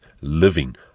living